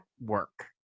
work